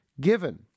given